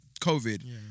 COVID